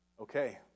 Okay